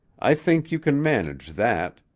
i think you can manage that.